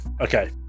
Okay